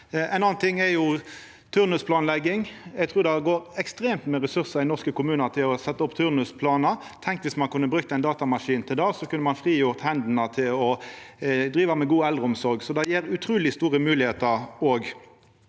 Ein annan ting er turnusplanlegging. Eg trur det går ekstremt med resursar i norske kommunar til å setja opp turnusplanar. Tenk om ein kunne brukt ein datamaskin til det. Då kunne ein frigjort hender til å driva med god eldreomsorg. Det gjev utruleg store moglegheiter.